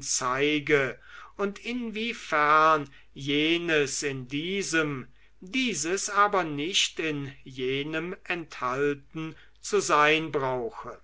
zeige und inwiefern jenes in diesem dieses aber nicht in jenem enthalten zu sein brauche